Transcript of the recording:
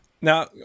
Now